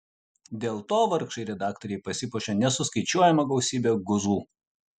dėl to vargšai redaktoriai pasipuošė nesuskaičiuojama gausybe guzų